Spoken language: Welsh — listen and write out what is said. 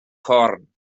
corn